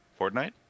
Fortnite